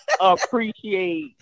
appreciate